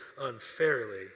unfairly